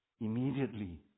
immediately